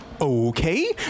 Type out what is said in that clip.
okay